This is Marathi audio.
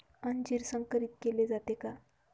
अंजीर संकरित केले जाते का?